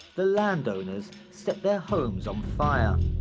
the land owners set their homes on fire.